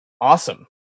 Awesome